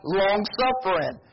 long-suffering